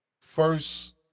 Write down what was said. first